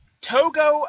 Togo